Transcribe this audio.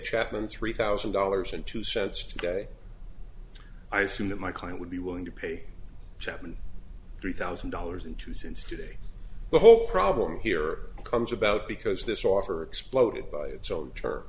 chapman three thousand dollars and two cents today i assume that my client would be willing to pay chapman three thousand dollars in two since today the whole problem here comes about because this offer exploded by it's own t